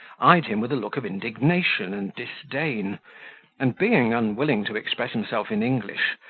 eyed him with a look of indignation and disdain and, being, unwilling to express himself in english,